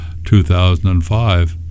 2005